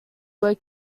were